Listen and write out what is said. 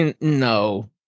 no